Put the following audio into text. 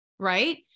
right